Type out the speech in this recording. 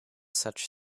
such